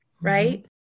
Right